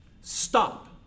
Stop